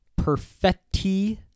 Perfetti